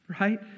right